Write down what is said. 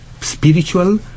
spiritual